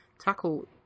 tackle